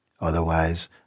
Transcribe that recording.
Otherwise